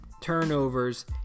turnovers